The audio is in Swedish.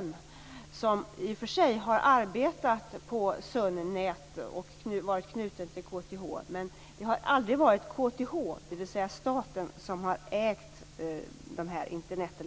Han har i och för sig arbetat på Sunet och varit knuten till KTH, men det har aldrig varit KTH, dvs. staten, som har ägt